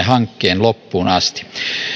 hankkeen loppuun asti